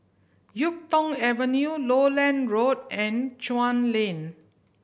Yuk Tong Avenue Lowland Road and Chuan Lane